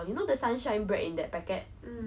like I heard later that she